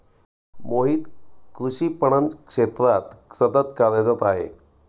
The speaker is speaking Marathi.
मोहित कृषी पणन क्षेत्रात सतत कार्यरत आहे